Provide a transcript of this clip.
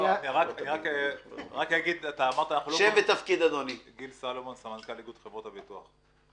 אני סמנכ"ל איגוד חברות הביטוח.